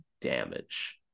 damage